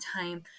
time